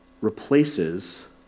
replaces